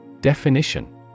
Definition